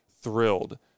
thrilled